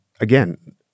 again